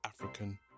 african